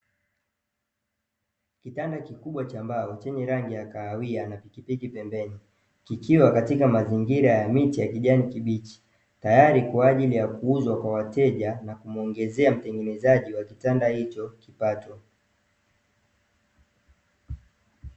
Kitanda kikubwa cha mbao, chenye rangi ya kahawia na pikipiki pembeni, kikiwa katika mazingira ya miti ya kijani kibichi, tayari kwa ajili ya kuuzwa kwa wateja na kumuongezea mtengenezaji wa kitanda hicho kipato.